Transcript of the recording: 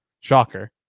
shocker